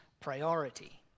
priority